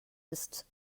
ist